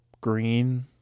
green